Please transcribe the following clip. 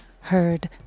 heard